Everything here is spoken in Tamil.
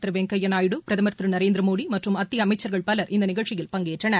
திருவெங்கையாநாயுடு பிரதம் திருநரேந்திரமோடிமற்றும் மத்தியஅமைச்சர்கள் பலர் இந்தநிகழ்ச்சியில் பங்கேற்றனர்